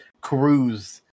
cruise